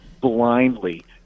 blindly